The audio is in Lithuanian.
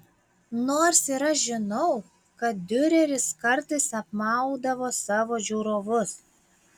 nors ir aš žinau kad diureris kartais apmaudavo savo žiūrovus